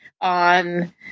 on